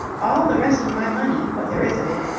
all the rest of my money, what there is of it,